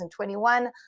2021